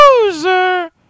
loser